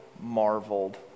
marveled